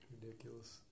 Ridiculous